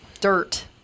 dirt